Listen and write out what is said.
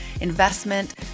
investment